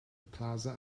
plaza